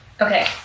Okay